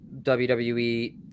WWE